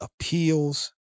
appeals